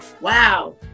wow